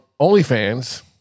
OnlyFans